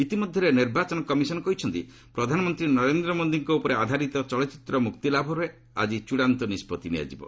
ଇତିମଧ୍ୟରେ ନିର୍ବାଚନ କମିଶନ୍ କହିଛନ୍ତି ପ୍ରଧାନମନ୍ତ୍ରୀ ନରେନ୍ଦ୍ର ମୋଦିଙ୍କ ଉପରେ ଆଧାରିତ ଚଳଚ୍ଚିତ୍ରର ମୁକ୍ତିଲାଭ ଉପରେ ଆଜି ଚୂଡ଼ାନ୍ତ ନିଷ୍କଭି ନିଆଯିବ